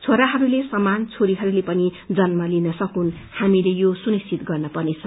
छोराहरूले समान छोरीहरूले पनि जन्म लिन सकून् हामीले यो सुनिश्चित गर्न पर्नेछ